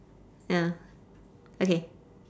ya okay